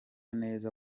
neza